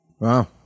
Wow